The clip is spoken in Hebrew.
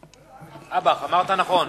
אב"כ, אמרת נכון.